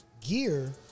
gear